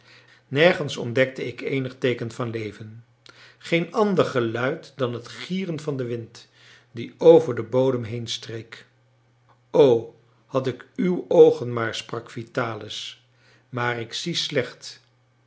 nergens ontdekte ik eenig teeken van leven geen ander geluid dan het gieren van den wind die over den bodem heenstreek o had ik uw oogen maar sprak vitalis maar ik zie slecht